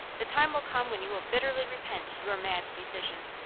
the time will come when you will bitterly repent your mad decision.